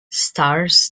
stars